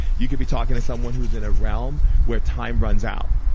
you could be talking to someone who's in a realm where time runs out.